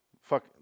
Fuck